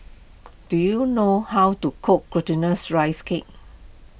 do you know how to cook Glutinous Rice Cake